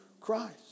Christ